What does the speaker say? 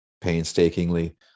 painstakingly